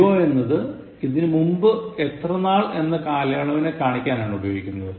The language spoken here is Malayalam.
Ago എന്നത് ഇതിനു മുന്പ് എത്ര നാൾ എന്ന കാലയളവിനെ കാണിക്കാനാണ് ഉപയോഗിക്കുന്നത്